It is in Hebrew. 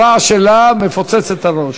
הרעש שלה מפוצץ את הראש.